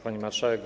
Pani Marszałek!